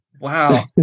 Wow